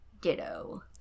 ditto